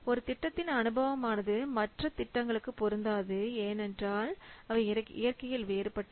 ஒரு திட்டத்தின் அனுபவமானது மற்ற திட்டங்களுக்கு பொருந்தாது ஏனென்றால் அவை இயற்கையில் வேறுபட்டவை